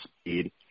speed